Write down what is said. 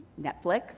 Netflix